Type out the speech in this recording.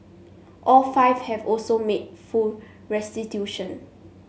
all five have also made full restitution